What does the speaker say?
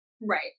Right